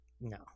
No